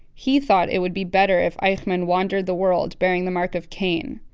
he thought it would be better if eichmann wandered the world bearing the mark of cain.